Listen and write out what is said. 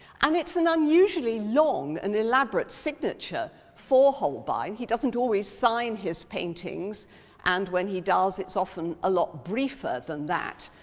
um it's an unusually long and elaborate signature for holbein. he doesn't always sign his paintings and when he does it's often a lot briefer than that.